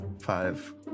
five